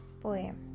poem